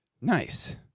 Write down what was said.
Nice